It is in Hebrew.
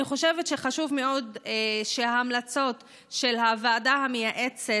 אני חושבת שחשוב מאוד שההמלצות של הוועדה המייעצת